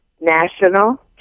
National